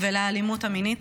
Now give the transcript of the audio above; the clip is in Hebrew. ולאלימות המינית.